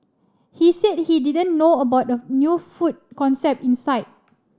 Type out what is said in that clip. he said he didn't know about new food concept inside